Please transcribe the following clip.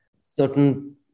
certain